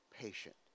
patient